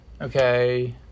Okay